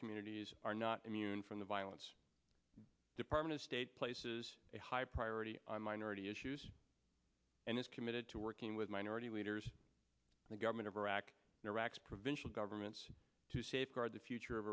communities are not immune from the violence department of state places a high priority on minority issues and is committed to working with minority leaders the government of iraq and iraq's provincial governments to safeguard the future of